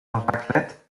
raclette